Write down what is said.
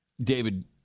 David